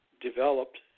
developed